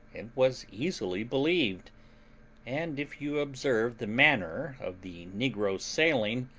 and was easily believed and, if you observe the manner of the negroes' sailing,